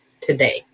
today